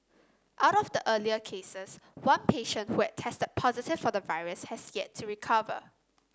out of the earlier cases one patient who had tested positive for the virus has yet to recover